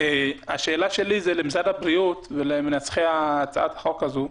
השאלה שלי היא למשרד הבריאות ולמנסחי הצעת החוק הזאת: